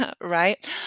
right